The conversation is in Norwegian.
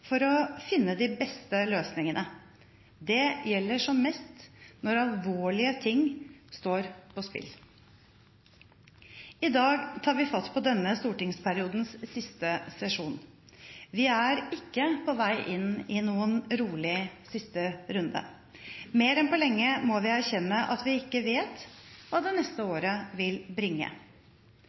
for å finne de beste løsningene. Det gjelder som mest når alvorlige ting står på spill. I dag tar vi fatt på denne stortingsperiodens siste sesjon. Vi er ikke på vei inn i noen rolig siste runde. Mer enn på lenge må vi erkjenne at vi ikke vet hva det neste året vil bringe.